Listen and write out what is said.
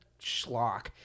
schlock